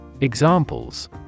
Examples